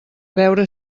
veure